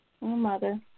mother